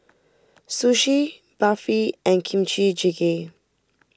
Sushi Barfi and Kimchi Jjigae